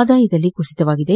ಆದಾಯದಲ್ಲಿ ಕುಸಿತವಾಗಿದೆ